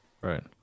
Right